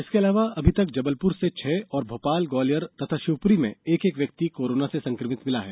इसके अलावा अभी तक जबलपुर से छह और भोपाल ग्वालियर तथा शिवपुरी में एक एक व्यक्ति कोरोना से संक्रमित मिला है